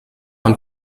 und